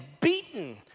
beaten